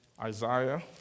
Isaiah